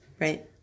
Right